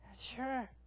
Sure